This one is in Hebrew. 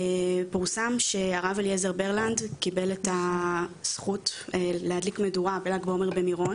פורסם שהרב אליעזר ברלנד קיבל את הזכות להדליק מדורה בל"ג בעומר במירון.